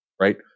Right